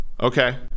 Okay